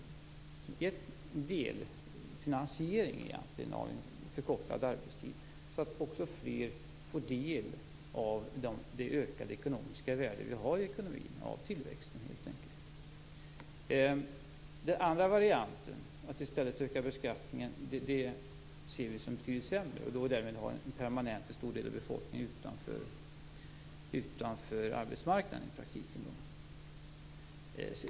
Det är egentligen en delfinansiering av en förkortad arbetstid, så att fler får del av det ökade ekonomiska värde vi har i ekonomin av tillväxten. Den andra varianten, att i stället öka beskattningen, ser vi som betydligt sämre. Då har man i praktiken permanent en stor del av befolkningen utanför arbetsmarknaden.